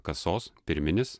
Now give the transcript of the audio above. kasos pirminis